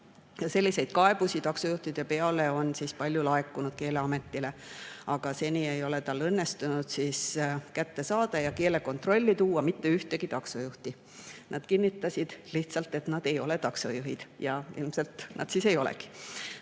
Selliseid kaebusi taksojuhtide peale on Keeleametile palju laekunud, aga seni ei ole tal õnnestunud kätte saada ja keelekontrolli tuua mitte ühtegi taksojuhti. Nad kinnitasid lihtsalt, et nad ei ole taksojuhid, ja ilmselt nad ei olegi